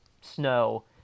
snow